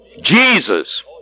Jesus